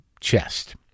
chest